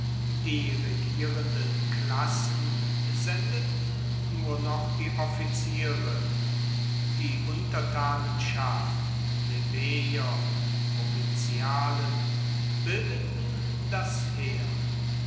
die regierenden klassen sendeten nur noch die offiziere die untertanenschaft plebejer und provinzialen bildeten das heer